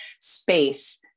space